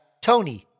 Tony